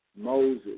Moses